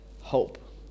hope